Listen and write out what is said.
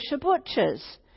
butchers